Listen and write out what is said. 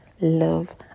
love